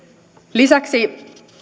lisäksi